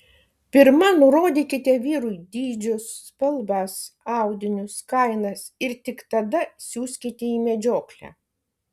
pirma nurodykite vyrui dydžius spalvas audinius kainas ir tik tada siųskite į medžioklę